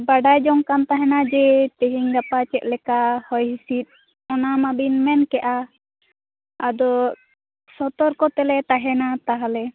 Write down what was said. ᱵᱟᱰᱟᱭ ᱡᱚᱝ ᱠᱟᱱ ᱛᱟᱦᱮᱱᱟ ᱡᱮ ᱛᱮᱦᱮᱧ ᱜᱟᱯᱟ ᱪᱮᱫ ᱞᱮᱠᱟ ᱦᱚᱭ ᱦᱤᱸᱥᱤᱫ ᱚᱱᱟ ᱢᱟᱵᱤᱱ ᱢᱮᱱ ᱠᱮᱫᱟ ᱟᱫᱚ ᱥᱚᱛᱚᱨᱠᱚ ᱛᱮᱞᱮ ᱛᱟᱦᱮᱸᱱᱟ ᱛᱟᱦᱚᱞᱮ